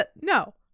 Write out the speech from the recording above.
No